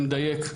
עם דייק,